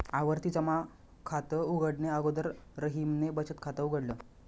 आवर्ती जमा खात उघडणे अगोदर रहीमने बचत खात उघडल